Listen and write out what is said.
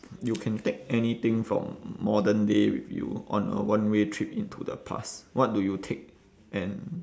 you can take anything from modern day with you on a one way trip into the past what do you take and